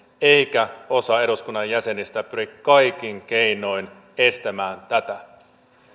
eikä osa eduskunnan jäsenistä pyri kaikin keinoin estämään tätä